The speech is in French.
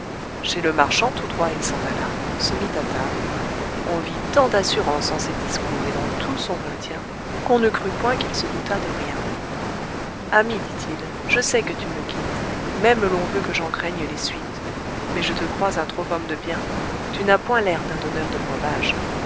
chez le marchand tout droit il s'en alla se mit à table on vit tant d'assurance en ses discours et dans tout son maintien qu'on ne crut point qu'il se doutât de rien ami dit-il je sais que tu me quittes même l'on veut que j'en craigne les suites mais je te crois un trop homme de bien tu n'as point l'air d'un donneur de breuvage